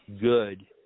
good